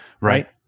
right